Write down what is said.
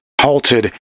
halted